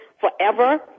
forever